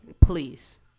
Please